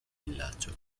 villaggio